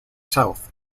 south